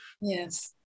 Yes